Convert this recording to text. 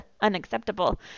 unacceptable